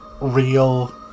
real